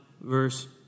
verse